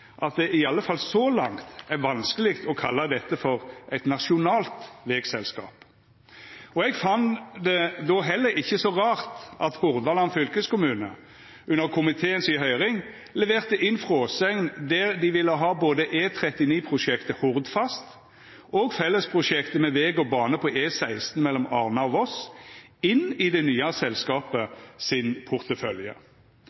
at det i alle fall så langt er vanskeleg å kalla dette for eit nasjonalt vegselskap. Eg fann det då heller ikkje så rart at Hordaland fylkeskommune, under komitéhøyringa, leverte inn ei fråsegn der dei ville ha både E39-prosjektet Hordfast og fellesprosjektet med veg og bane på E16 mellom Arna og Voss inn i det nye